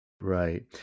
Right